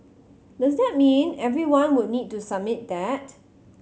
does that mean everyone would need to submit that